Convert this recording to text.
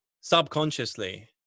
subconsciously